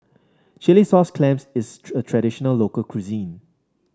Chilli Sauce Clams is a traditional local cuisine